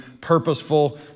purposeful